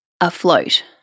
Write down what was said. afloat